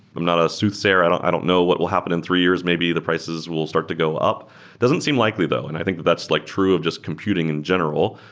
i'm not a soothsayer i don't i don't know what will happen in three years. maybe the prices will start to go up. it doesn't seem likely though, and i think that's like true of just computing in general,